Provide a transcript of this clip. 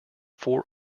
four